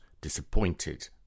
disappointed